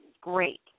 great